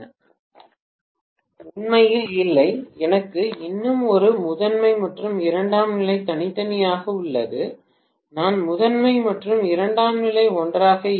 பேராசிரியர் உண்மையில் இல்லை எனக்கு இன்னும் ஒரு முதன்மை மற்றும் இரண்டாம் நிலை தனித்தனியாக உள்ளது நான் முதன்மை மற்றும் இரண்டாம் நிலை ஒன்றாக இல்லை